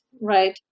right